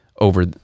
over